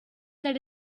that